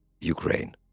Ukraine